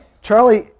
Charlie